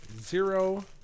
Zero